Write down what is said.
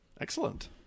Excellent